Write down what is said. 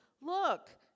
Look